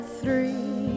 three